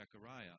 Zechariah